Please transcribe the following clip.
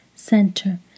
Center